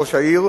ראש העיר,